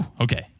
Okay